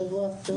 שבוע טוב,